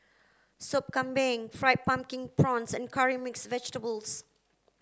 Sop Kambing fried pumpkin prawns and curry mixed vegetables